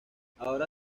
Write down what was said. ahora